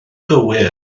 gywir